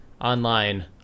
online